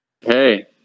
Hey